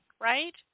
right